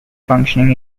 functioning